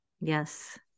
Yes